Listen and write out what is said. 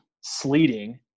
sleeting